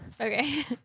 Okay